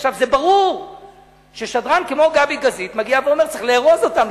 עכשיו ברור ששדרן כמו גבי גזית מגיע ואומר שצריך לארוז אותם,